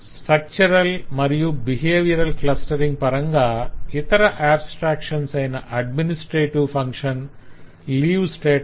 structural మరియు behaviour clustering పరంగా ఇతర ఆబ్స్ట్రాక్షన్స్ అయిన అడ్మినిస్ట్రేటివ్ ఫంక్షన్ లీవ్ స్టేటస్